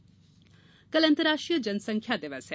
जनसंख्या दिवस कल अंतर्राष्ट्रीय जनसंख्या दिवस है